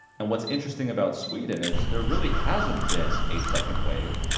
and what's interesting about sweden is there really hasn't been a second wave,